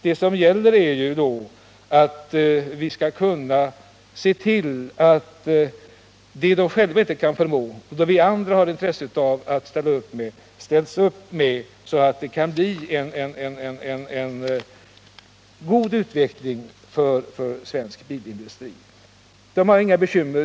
Det som nu gäller för oss är att vi måste se till att ställa upp med det som företagen själva inte kan ställa upp med men som behövs för att åstadkomma en god utveckling av svensk industri. De här företagen har inga bekymmer nu.